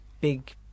big